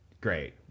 great